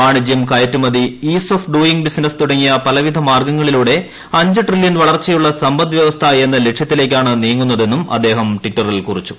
വാണിജ്യം കയറ്റുമതി ease of ഡ്ലൂയിങ് ബിസിനസ് തുടങ്ങിയ പലവിധ മാർഗങ്ങളിലൂടെ അഞ്ച് ട്രില്യൺ വളർച്ച് യുള്ള സമ്പദ് വ്യവസ്ഥ എന്ന ലക്ഷ്യത്തിലേക്കാണ് നീങ്ങുന്നത്രെന്നും അദ്ദേഹം ട്വിറ്ററിൽ കുറിച്ചു